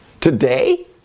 today